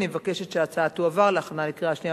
אני מבקשת שההצעה תועבר להכנה לקריאה שנייה